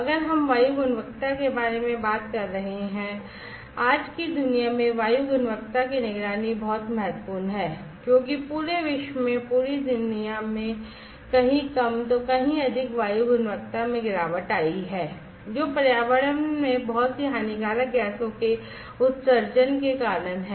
अगर हम वायु गुणवत्ता के बारे में बात कर रहे हैं आज की दुनिया में वायु गुणवत्ता निगरानी बहुत महत्वपूर्ण है क्योंकि पूरे विश्व में पूरी दुनिया कहीं कम तो कहीं अधिक वायु गुणवत्ता में गिरावट आई है जो पर्यावरण में बहुत सी हानिकारक गैसों के उत्सर्जन के कारण है